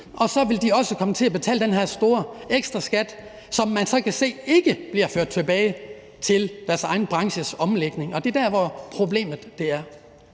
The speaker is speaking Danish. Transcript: og så vil de også komme til at betale den her store ekstra skat, som man så kan se ikke bliver ført tilbage til deres egen branches omlægning. Og det er der, problemet er.